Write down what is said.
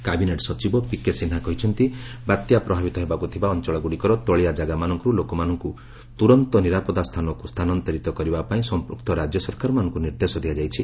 cabinet ସଚିବ PK Sinha କହିଛନ୍ତି ବାତ୍ୟା ପ୍ରଭାବିତ ହେବାକୁ ଥିବା ଅଞ୍ଚଳଗୁଡ଼ିକର ତଳିଆ ଜାଗାମାନଙ୍କରୁ ଲୋକମାନଙ୍କୁ ତୁରନ୍ତ ନିରାପଦ ସ୍ଥାନକୁ ସ୍ଥାନାନ୍ତରିତ କରିବାପାଇଁ ସଂପୃକ୍ତ ରାକ୍ୟ ସରକାରମାନଙ୍କୁ ନିର୍ଦ୍ଦେଶ ଦିଆଯାଇଛି